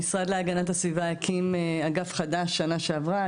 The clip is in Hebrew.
המשרד להגנת הסביבה הקים אגף חדש שנה שעברה,